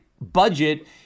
budget